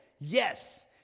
yes